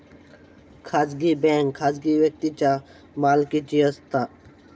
खाजगी बँक खाजगी व्यक्तींच्या मालकीची असता